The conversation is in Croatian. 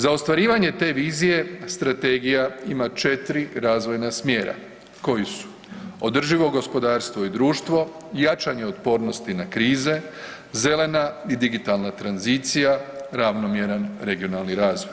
Za ostvarivanje te vizije, strategija ima 4 razvoja smjera koju su održivo gospodarstvo i društvo, jačanje otpornosti na krize, zelena i digitalna tranzicija, ravnomjeran regionalni razvoj.